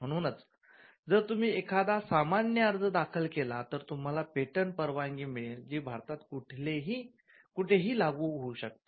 म्हणूनच जर तुम्ही एखादा सामान्य अर्ज दाखल केला तर तुम्हाला पेटंट परवानगी मिळेल जी भारतात कुठेही लागू होऊ शकते